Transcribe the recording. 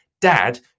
Dad